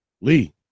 Lee